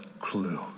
clue